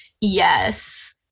Yes